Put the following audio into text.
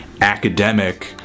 academic